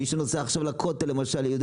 מי שנוסע לכותל, למשל, יודע